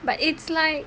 but it's like